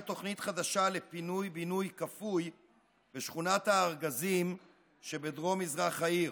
תוכנית חדשה לפינוי-בינוי כפוי בשכונת הארגזים שבדרום מזרח העיר.